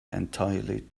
entirely